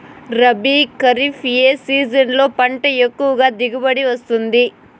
రబీ, ఖరీఫ్ ఏ సీజన్లలో పంట ఎక్కువగా దిగుబడి వస్తుంది